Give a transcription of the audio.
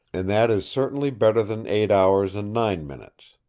and that is certainly better than eight hours and nine minutes.